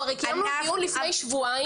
אנחנו קיימנו דיון לפני שבועיים.